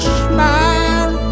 smile